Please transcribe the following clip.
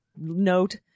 note